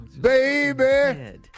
Baby